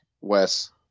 Wes